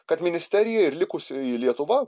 kad ministerija ir likusioji lietuva